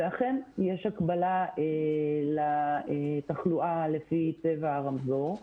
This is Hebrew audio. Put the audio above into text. ואכן יש הקבלה לתחלואה לפי צבע הרמזור,